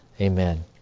Amen